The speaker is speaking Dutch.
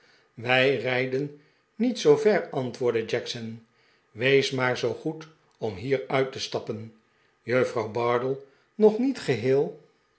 wij rijden niet zoo ver antwoordde jackson wees maar zoo goed om hier uit te stappen juffrouw bardell nog niet geheel